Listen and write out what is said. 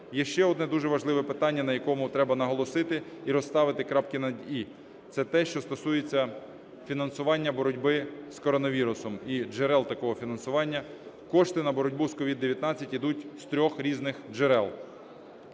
І ще одне дуже важливе питання, на якому треба наголосити і розставити крапки над "і". Це те, що стосується фінансування боротьби з коронавірусом і джерел такого фінансування. Кошти на боротьбу з COVID-19 йдуть з трьох різних джерел: